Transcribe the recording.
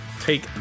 take